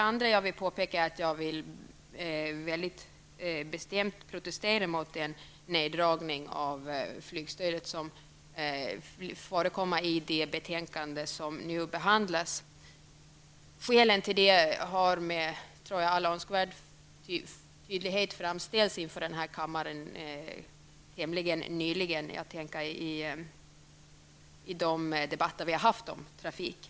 För det andra vill jag bestämt protestera mot den neddragning av flygstödet som föreslås i det betänkande som nu behandlas. Skälen som talar emot en sådan neddragning har, tror jag, med all önskvärd tydlighet framställts inför kammaren tämligen nyligen. Jag tänker på de debatter vi har haft om trafiken.